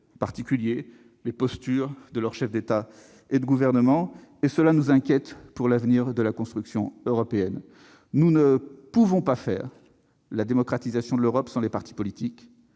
ainsi que les postures de leurs chefs d'État et de gouvernement. Cela nous inquiète pour l'avenir de la construction européenne. Nous ne pouvons pas faire la démocratisation de l'Europe sans les partis politiques.